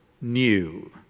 new